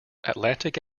atlantic